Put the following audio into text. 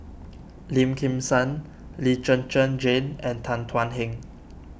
Lim Kim San Lee Zhen Zhen Jane and Tan Thuan Heng